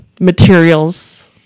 materials